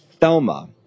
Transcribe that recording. Thelma